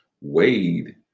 Wade